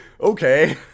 okay